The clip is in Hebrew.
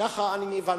ככה אני הבנתי,